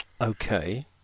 Okay